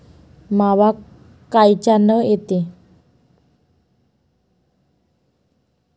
मावा कायच्यानं येते?